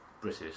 British